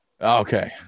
Okay